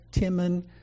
Timon